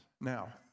Now